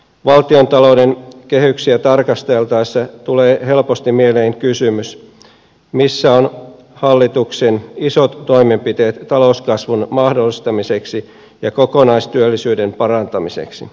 valtiontalouden kehyksiä tarkasteltaessa tulee helposti mieleen kysymys missä ovat hallituksen isot toimenpiteet talouskasvun mahdollistamiseksi ja kokonaistyöllisyyden parantamiseksi